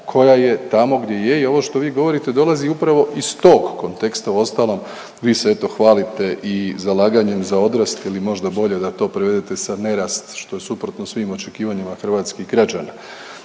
koja je tamo gdje je i ovo što vi govorite dolazi upravo iz toga konteksta. Uostalom, vi ste eto hvalite i zalaganjem za odrast ili možda bolje da to prevedete sa nerast što je suprotno svim očekivanjima hrvatskih građana.